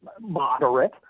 moderate